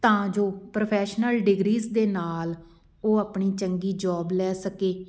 ਤਾਂ ਜੋ professional degrees ਦੇ ਨਾਲ਼ ਉਹ ਆਪਣੀ ਚੰਗੀ ਜੋਬ ਲੈ ਸਕੇ